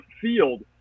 field